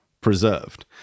preserved